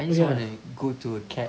I just want like go to a cat